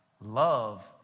love